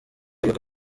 y’uko